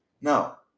Now